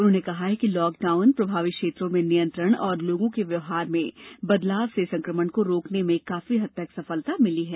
उन्होंने कहा कि लॉकडाउन प्रभावित क्षेत्रों में नियंत्रण और लोगों के व्यवहार में बदलाव से संक्रमण को रोकने में काफी हद तक सफलता मिली है